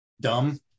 dumb